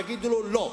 יגידו לו: לא.